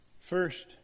First